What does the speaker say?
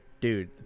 dude